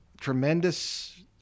tremendous